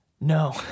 No